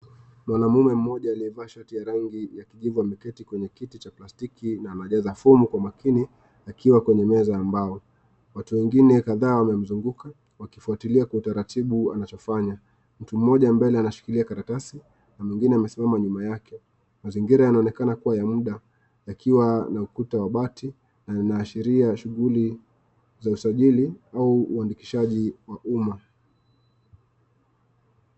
Mwanamume mmoja aliyevaa shati ya rangi ya kijivu ameketi kwenye kiti cha plastiki na anajaza fomu kwa makini akiwa kwenye meza ambayo watu wengine kadhaa wamemzunguka wakifuatilia kwa utaratibu anachofanya. Mtu mmoja mbele anashikilia karatasi na mwingine amesimama nyuma yake. Mazingira yanaonekana kuwa ya muda yakiwa na ukuta wa bati na inaashiria shughuli za usajili au uandikishaji wa umma.